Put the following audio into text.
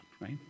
right